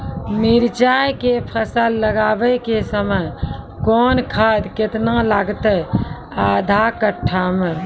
मिरचाय के फसल लगाबै के समय कौन खाद केतना लागतै आधा कट्ठा मे?